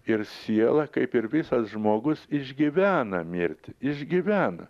ir siela kaip ir visas žmogus išgyvena mirtį išgyvena